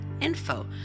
info